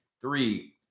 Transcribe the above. Three